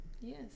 yes